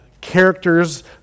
characters